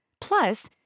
Plus